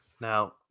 Now